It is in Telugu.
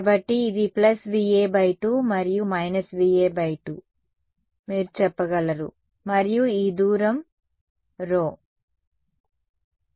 కాబట్టి ఇది VA 2 మరియు VA 2 మీరు చెప్పగలరు మరియు ఈ దూరం δ